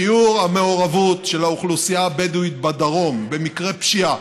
שיעור המעורבות של האוכלוסייה הבדואית בדרום במקרי פשיעה,